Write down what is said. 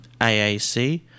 AAC